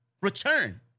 return